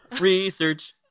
Research